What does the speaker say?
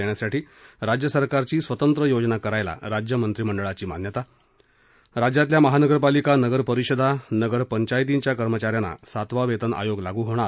देण्यासाठी राज्य सरकारची स्वतंत्र योजना करायला राज्यमंत्रिमंडळाची मान्यता राज्यातील महानगरपालिका नगरपरिषदा नगरपंचायतींच्या कर्मचाऱ्यांना सातवा वेतन आयोग लागू होणार